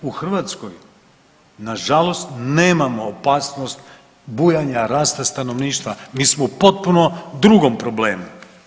U Hrvatskoj nažalost nemamo opasnost bujanja rasta stanovništva mi smo u potpuno drugom problemu.